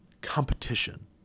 competition